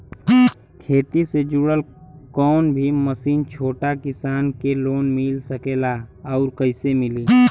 खेती से जुड़ल कौन भी मशीन छोटा किसान के लोन मिल सकेला और कइसे मिली?